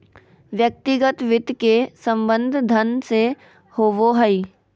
व्यक्तिगत वित्त के संबंध धन से होबो हइ